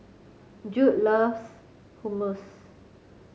Judd loves Hummus